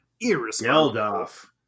irresponsible